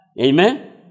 Amen